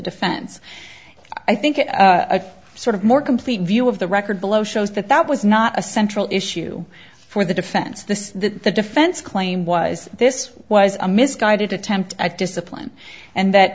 defense i think it a sort of more complete view of the record below shows that that was not a central issue for the defense the defense claim was this was a misguided attempt at discipline and that